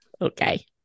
Okay